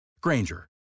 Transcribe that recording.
Granger